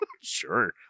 Sure